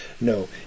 No